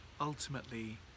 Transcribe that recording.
ultimately